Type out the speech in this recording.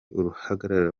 uruhagarara